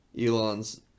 Elon's